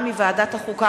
שהחזירה ועדת החוקה,